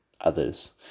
others